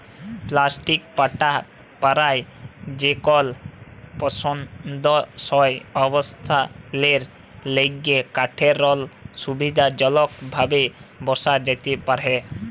plastic পাটা পারায় যেকল পসন্দসই অবস্থালের ল্যাইগে কাঠেরলে সুবিধাজলকভাবে বসা যাতে পারহে